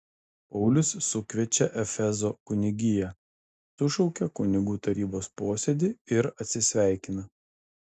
paulius sukviečia efezo kunigiją sušaukia kunigų tarybos posėdį ir atsisveikina